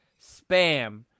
Spam